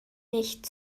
nicht